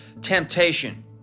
temptation